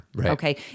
okay